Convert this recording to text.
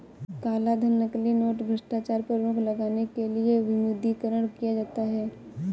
कालाधन, नकली नोट, भ्रष्टाचार पर रोक लगाने के लिए विमुद्रीकरण किया जाता है